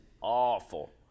awful